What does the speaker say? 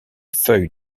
feuilles